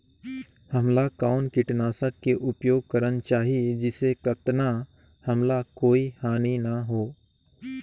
हमला कौन किटनाशक के उपयोग करन चाही जिसे कतना हमला कोई हानि न हो?